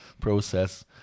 process